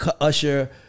Usher